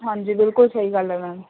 ਹਾਂਜੀ ਬਿਲਕੁਲ ਸਹੀ ਗੱਲ ਹੈ ਮੈਮ